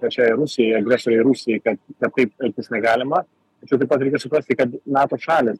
pačiai rusijai agresorei rusijai kad kad taip elgtis negalima tačiau taip pat reikia suprasti kad nato šalys